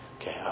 Okay